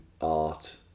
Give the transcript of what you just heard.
art